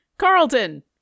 Carlton